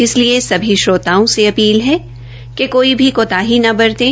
इसलिए सभी श्रोताओं से अपील है कि कोई भी कोताही न बरतें